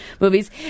movies